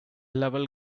level